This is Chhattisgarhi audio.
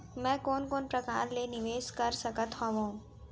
मैं कोन कोन प्रकार ले निवेश कर सकत हओं?